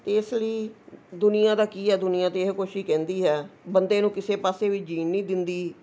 ਇਸ ਲਈ ਦੁਨੀਆਂ ਦਾ ਕੀ ਹੈ ਦੁਨੀਆਂ ਤਾਂ ਇਹ ਕੁਛ ਕਹਿੰਦੀ ਹੈ ਬੰਦੇ ਨੂੰ ਕਿਸੇ ਪਾਸੇ ਵੀ ਜਿਊਣ ਨਹੀਂ ਦਿੰਦੀ